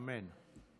אמן.